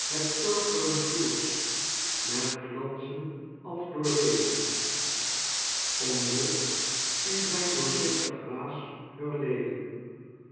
het purpren floers met glanzen als doorweven omwolkt in zijn doorzichtig waas heur